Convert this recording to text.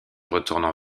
retournant